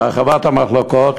ולהרחבת המחלקות,